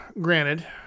granted